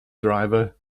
driver